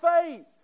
faith